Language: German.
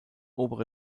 obere